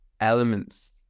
elements